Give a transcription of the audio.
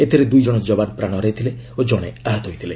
ଏଥିରେ ଦୁଇଜଣ ଯବାନ ପ୍ରାଣ ହରାଇଥିଲେ ଓ ଜଣେ ଆହତ ହୋଇଥିଲେ